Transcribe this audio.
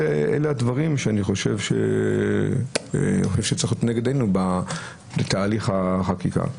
אלה הדברים שאני חושב שצריכים לעמוד לנגד עינינו בתהליך החקיקה.